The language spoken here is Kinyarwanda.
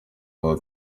aba